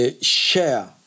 share